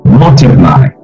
multiply